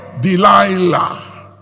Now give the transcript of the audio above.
Delilah